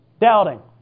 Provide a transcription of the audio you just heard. Doubting